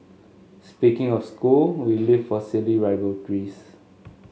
speaking of school we live for silly rivalries